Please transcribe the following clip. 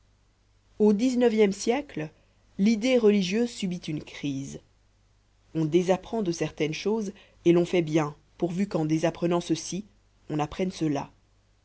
au dix-neuvième siècle l'idée religieuse subit une crise on désapprend de certaines choses et l'on fait bien pourvu qu'en désapprenant ceci on apprenne cela